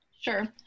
Sure